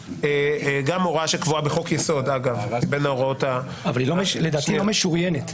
גם הוראה שקבועה בחוק יסוד אגב --- לדעתי היא לא משוריינת.